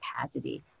capacity